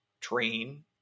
train